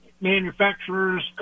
manufacturer's